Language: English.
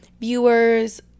viewers